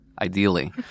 ideally